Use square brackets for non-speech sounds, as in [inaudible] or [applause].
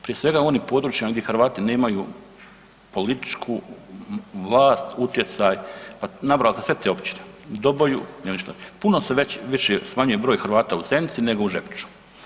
Prije svega u onim područjima gdje Hrvati nemaju političku vlast, utjecaj, nabrojali ste sve te općine, u Doboju, ... [unintelligible] puno se više smanjuje broj Hrvata u Zenici nego u Žepču.